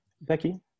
Becky